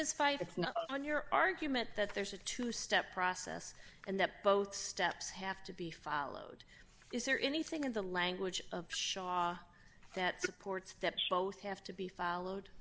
it's not on your argument that there's a two step process and that both steps have to be followed is there anything in the language of shaw that supports that showed have to be followed